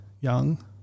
young